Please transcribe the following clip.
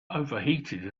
overheated